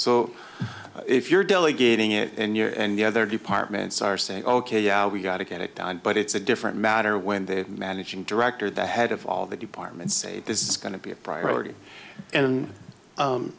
so if you're delegating it in your and the other departments are saying ok yeah we got to get it done but it's a different matter when the managing director the head of all the departments say this is going to be a priority and